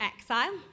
exile